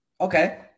Okay